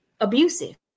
abusive